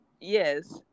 Yes